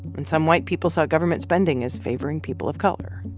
and some white people saw government spending as favoring people of color.